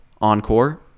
encore